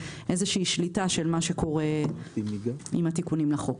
ושליטה של מה שקורה עם התיקונים בחוק.